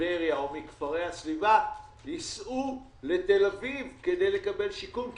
מטבריה או מכפרי הסביבה ייסעו לתל אביב כדי לקבל שיקום,